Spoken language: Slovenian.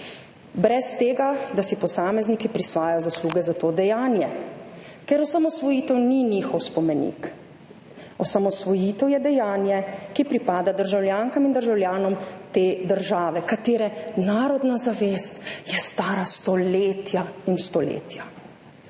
brez tega, da si posamezniki prisvajajo zasluge za to dejanje. Ker osamosvojitev ni njihov spomenik, osamosvojitev je dejanje, ki pripada državljankam in državljanom te države, katere narodna zavest je stara stoletja in stoletja.